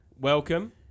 welcome